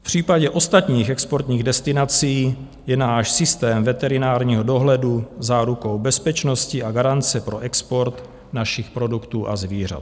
V případě ostatních exportních destinací je náš systém veterinárního dohledu zárukou bezpečnosti a garance pro export našich produktů a zvířat.